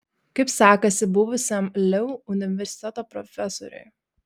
kaip sekasi buvusiam leu universiteto profesoriui